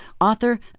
author